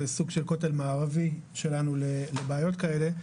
סוג של כותל שלנו לבעיות האלה.